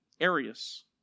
Arius